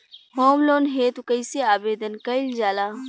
Home loan हेतु कइसे आवेदन कइल जाला?